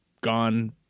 gone